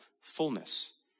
fullness